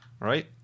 Right